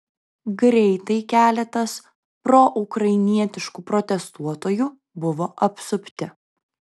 greitai keletas proukrainietiškų protestuotojų buvo apsupti